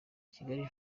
kigali